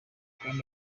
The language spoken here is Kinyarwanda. bwana